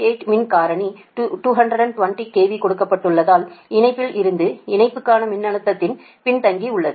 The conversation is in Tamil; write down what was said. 8 மின் காரணி 220 KV கொடுக்கப்பட்டதால் இணைப்பில் இருந்து இணைப்புக்கான மின்னழுத்தத்தில் பின்தங்கியுள்ளது